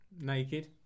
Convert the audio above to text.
Naked